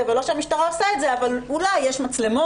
ולא שהמשטרה עושה את זה אבל אולי יש מצלמות,